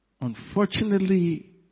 Unfortunately